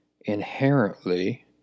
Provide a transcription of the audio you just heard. inherently